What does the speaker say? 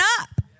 up